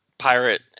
pirate